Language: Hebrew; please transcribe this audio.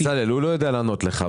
בצלאל, הוא לא יודע לענות לך.